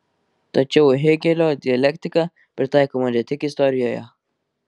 tačiau hėgelio dialektika pritaikoma ne tik istorijoje